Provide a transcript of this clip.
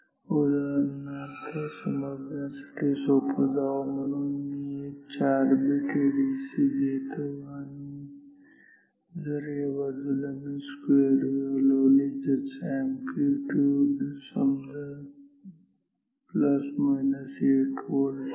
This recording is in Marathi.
उदाहरणार्थ समजण्यासाठी सोपं जावं म्हणून मी एक 4 बिट एडीसी घेतो आणि जर या बाजूला मी एक स्क्वेअर वेव्ह लावली ज्याचं अॅम्प्लीट्यूड समजा ±8 व्होल्ट आहे